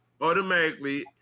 automatically